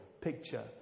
picture